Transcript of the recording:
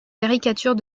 caricatures